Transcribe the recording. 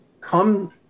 come